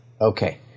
Okay